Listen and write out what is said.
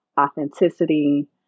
authenticity